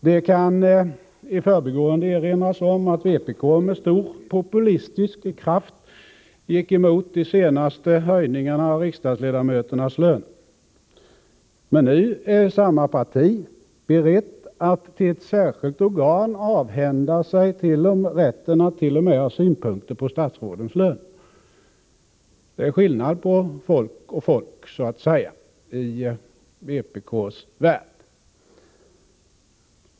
Det kan i förbigående erinras om att vpk med stor populistisk kraft gick emot de senaste höjningarna av riksdagsledamöternas löner. Men nu är samma parti berett att till ett särskilt organ avhända sig rätten att t.o.m. ha synpunkter på statsrådens löner. Det är skillnad på folk och folk i vpk:s värld.